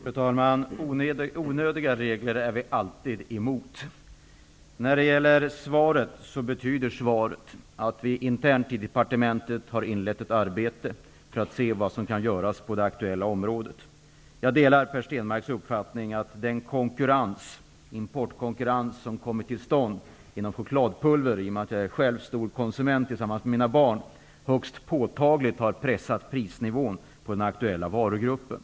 Fru talman! Onödiga regler är vi alltid emot. Mitt svar betyder att vi internt i departementet har inlett ett arbete för att se vad som kan göras på det aktuella området. Jag delar Per Stenmarcks uppfattning att den konkurrens som kommer till stånd genom import av chokladpulver högst påtagligt har pressat prisnivån på den aktuella varugruppen.